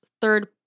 third